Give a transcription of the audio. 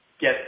get